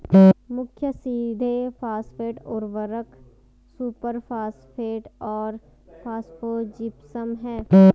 मुख्य सीधे फॉस्फेट उर्वरक सुपरफॉस्फेट और फॉस्फोजिप्सम हैं